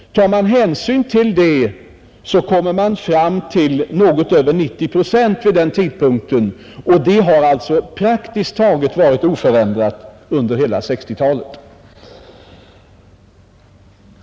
Tar vi hänsyn till den, kommer vi fram till något över 90 procent vid den tidpunkten, och självförsörjningsgraden har alltså varit praktiskt taget oförändrad under hela 1960-talet.